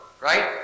Right